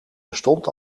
bestond